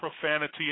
profanity